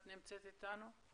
את נמצאת איתנו?